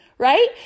Right